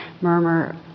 murmur